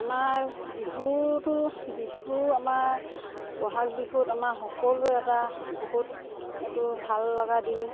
আমাৰ বিহুটো বিহু আমাৰ ব'হাগ বিহুত আমাৰ সকলোৱে এটা বহুত এইটো ভাল লগা দিন